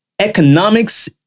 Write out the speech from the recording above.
Economics